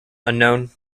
unknown